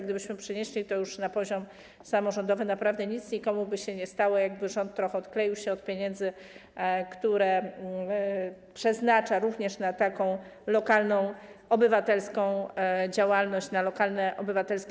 Gdybyśmy przenieśli to już na poziom samorządowy, naprawdę nic nikomu by się nie stało, jakby rząd trochę odkleił się od pieniędzy, które przeznacza również na lokalną obywatelską działalność, na lokalne inicjatywy obywatelskie.